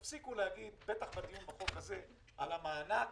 תפסיקו להגיד, בטח בדיון בחוק הזה, על המענק